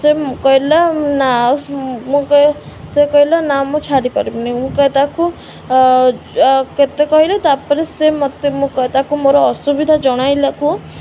ସେ କହିଲା ନା ମୁଁ ସେ କହିଲା ନା ମୁଁ ଛାଡ଼ିପାରିବିନି ମୁଁ ତାକୁ କେତେ କହିଲେ ତା'ପରେ ସେ ମୋତେ ତାକୁ ମୋର ଅସୁବିଧା ଜଣାଇଲାକୁ